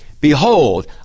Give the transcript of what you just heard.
Behold